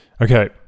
Okay